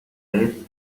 riff